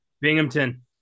Binghamton